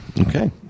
Okay